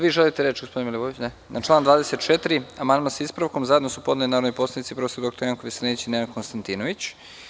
vi želite reč gospodine Milivojeviću? (Ne.) Na član 24. amandman, sa ispravkom, zajedno su podneli narodni poslanici prof. dr Janko Veselinović i Nenad Konstantinović.